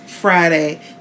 friday